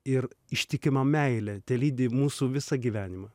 ir ištikima meilė telydi mūsų visą gyvenimą